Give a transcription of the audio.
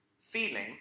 Feeling